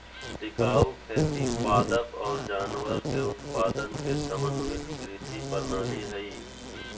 टिकाऊ खेती पादप और जानवर के उत्पादन के समन्वित कृषि प्रणाली हइ